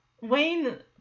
Wayne